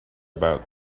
about